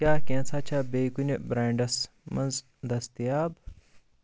کیٛاہ کیٚنٛژھا چھا بیٚیہِ کُنہِ برینٛڈس منٛز دٔستِیاب